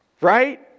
Right